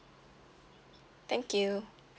thank you